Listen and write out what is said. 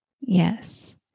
Yes